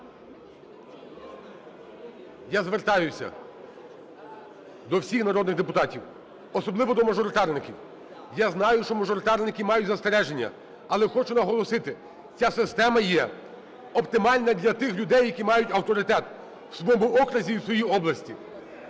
Я звертаюся до всіх народних депутатів, особливо до мажоритарників. Я знаю, що мажоритарники мають застереження. Але хочу наголосити, ця система є, оптимальна для тих людей, які мають авторитет в своєму окрузі і в своїй області.